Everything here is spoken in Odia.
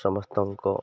ସମସ୍ତଙ୍କ